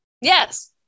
Yes